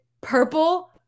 purple